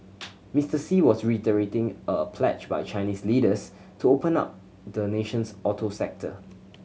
Mister Xi was reiterating a pledge by Chinese leaders to open up the nation's auto sector